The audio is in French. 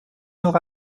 aura